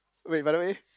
wait by the way